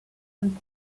and